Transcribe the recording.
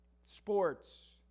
sports